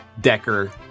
Decker